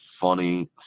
funny